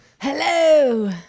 Hello